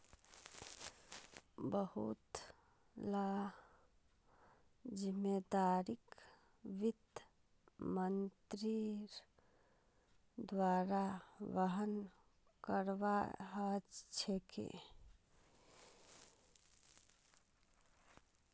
बहुत ला जिम्मेदारिक वित्त मन्त्रीर द्वारा वहन करवा ह छेके